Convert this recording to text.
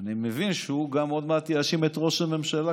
אני מבין שעוד מעט הוא גם יאשים את ראש הממשלה,